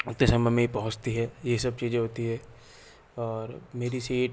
उत्ते समय में ही पहुँचती हैं ये सब चीज़ें होती हैं और मेरी सीट